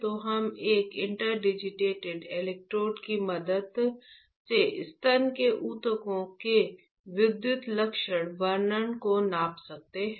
तो हम एक इंटरडिजिटेटेड इलेक्ट्रोड की मदद से स्तन के ऊतकों के विद्युत लक्षण वर्णन को नाप रहे हैं